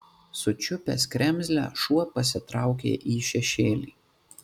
sučiupęs kremzlę šuo pasitraukė į šešėlį